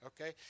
okay